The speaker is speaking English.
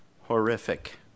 horrific